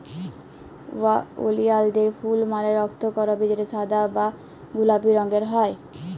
ওলিয়ালদের ফুল মালে রক্তকরবী যেটা সাদা বা গোলাপি রঙের হ্যয়